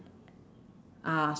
ah